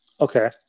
Okay